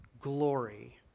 glory